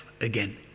again